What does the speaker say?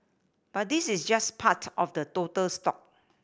but this is just part of the total stock